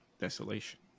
desolation